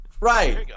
Right